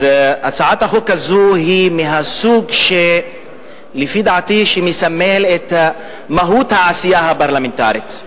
הצעת החוק הזו היא מהסוג שלפי דעתי מסמל את מהות העשייה הפרלמנטרית.